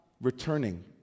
returning